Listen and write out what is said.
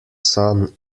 son